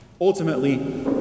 Ultimately